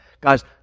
Guys